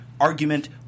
argument